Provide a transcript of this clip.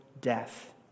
death